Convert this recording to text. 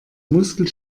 muskeln